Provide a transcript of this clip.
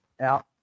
out